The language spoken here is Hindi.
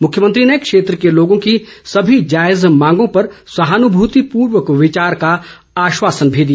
मुख्यमंत्री ने क्षेत्र के लोगों की सभी जायज मांगों पर सहानुभूतिपूर्वक विचार का आश्वासन भी दिया